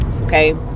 okay